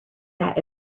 that